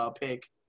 pick